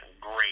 great